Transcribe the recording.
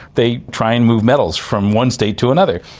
they try and move metals from one state to another.